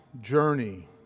journey